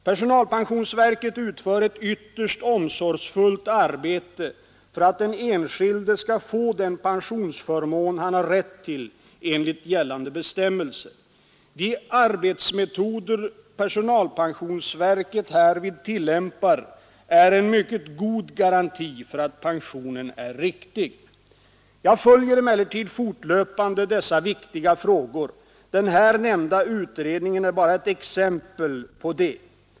Personalpensionsverket utför ett ytterst omsorgsfullt arbete för att den enskilde skall få den pensionsförmån han har rätt till enligt gällande bestämmelser. De arbetsmetoder personalpensionsverket härvid tillämpar är en mycket god garanti för att pensionen är riktig. 191 Jag följer emellertid fortlöpande dessa viktiga frågor. Den här nämnda utredningen är bara ett exempel på det.